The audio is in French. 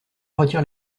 retire